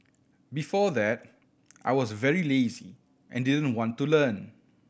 before that I was very lazy and didn't want to learn